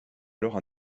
alors